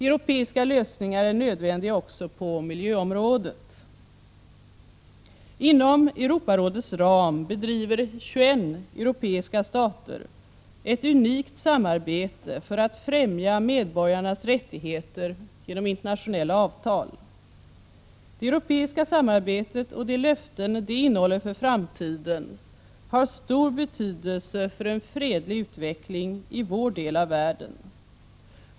Europeiska lösningar är nödvändiga också på miljöområdet. Inom Europarådets ram bedriver 21 europeiska stater ett unikt samarbete för att ffrämja medborgarnas rättigheter genom internationella avtal. Det europeiska samarbetet och de löften det innehåller för framtiden har stor betydelse för en fredlig utveckling i vår del av världen.